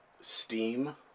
steam